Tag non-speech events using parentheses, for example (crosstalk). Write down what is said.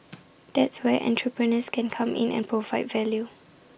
(noise) that's where entrepreneurs can come in and provide value